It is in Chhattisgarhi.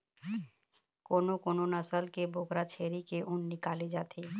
कोनो कोनो नसल के बोकरा छेरी के ऊन निकाले जाथे